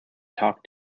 talk